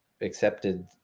accepted